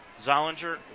Zollinger